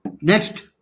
Next